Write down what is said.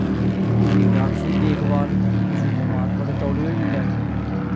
इदी डाक्टरी देखभाल बी पशु बमार बड़े तौले होई जंदा ऐ